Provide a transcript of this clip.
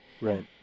Right